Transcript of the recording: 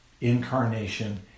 incarnation